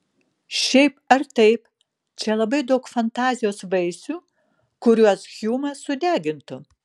šiaip ar taip čia labai daug fantazijos vaisių kuriuos hjumas sudegintų